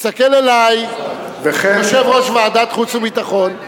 מסתכל עלי יושב-ראש ועדת החוץ והביטחון.